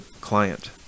client